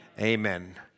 Amen